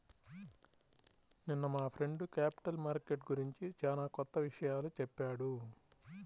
నిన్న మా friend capital market గురించి చానా కొత్త విషయాలు చెప్పాడు